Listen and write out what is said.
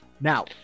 Now